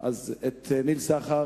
את ניל סחר.